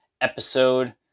episode